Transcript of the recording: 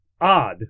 Odd